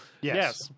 Yes